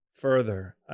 Further